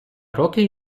років